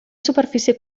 superfície